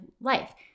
life